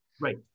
Right